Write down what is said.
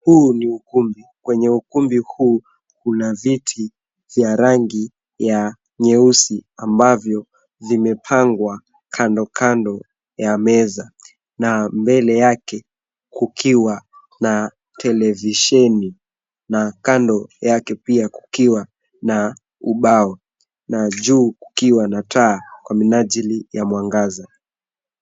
Huu ni ukumbi. Kwenye ukumbi huu kuna viti vya rangi ya nyeusi ambavyo vimepangwa kando kando ya meza na mbele yake kukiwa na televisheni na kando yake pia kukiwa na ubao na juu kukiwa na taa kwa minajili ya mwangaza.